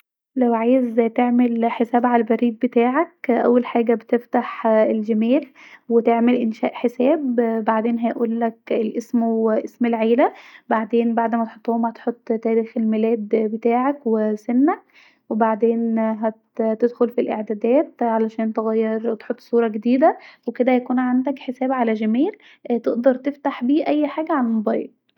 لو عاوز تعمل حساب علي البريد بتاعك اول خاخع بتفتح الچيميل وتعمل انشاء حساب بعدين هيقولك الاسم واسم العيله وبعدين بعد ما تحطهم هتحط تاريخ الميلاد بتاعك وسنك وبعدين هتدخل في الاعدادات علشان تغير وتحط صوره جديده وكدا يكون عند حساب علي جيميل تقدر تفتح بيه اي حاجه علي موبايلك